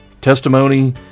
testimony